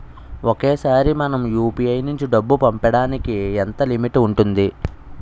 ఒకేసారి మనం యు.పి.ఐ నుంచి డబ్బు పంపడానికి ఎంత లిమిట్ ఉంటుంది?